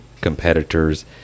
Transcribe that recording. competitors